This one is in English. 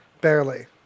Barely